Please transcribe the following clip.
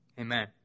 Amen